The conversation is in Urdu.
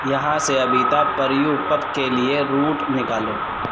یہاں سے ابیتا بریو پب کے لیے روٹ نکالو